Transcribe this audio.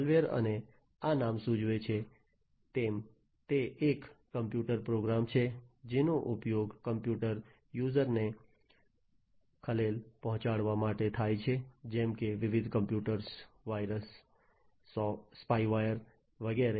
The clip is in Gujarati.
માલવેર અને આ નામ સૂચવે છે તેમ તે એક કોમ્પ્યુટર પ્રોગ્રામ છે જેનો ઉપયોગ કોમ્પ્યુટર યુઝર ને ખલેલ પહોંચાડવા માટે થાય છે જેમ કે વિવિધ કોમ્પ્યુટર વાયરસ સ્પાયવેર વગેરે